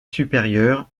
supérieur